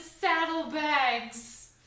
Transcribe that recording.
saddlebags